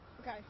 Okay